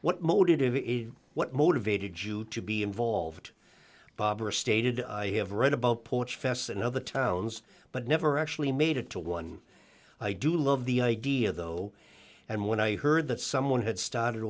what motive is what motivated you to be involved barbara stated i have read about porch fests in other towns but never actually made it to one i do love the idea though and when i heard that someone had started